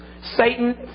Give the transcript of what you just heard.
Satan